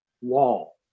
wall